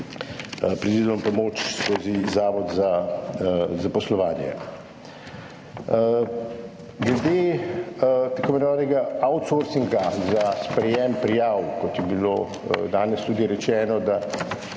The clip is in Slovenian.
predvideno pomoč skozi Zavod za zaposlovanje. Glede tako imenovanega outsourcinga za sprejetje prijav, kot je bilo danes tudi rečeno, da